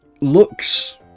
looks